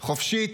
חופשית,